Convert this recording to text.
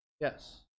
Yes